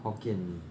hokkien mee